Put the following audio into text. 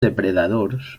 depredadors